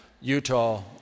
Utah